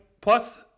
Plus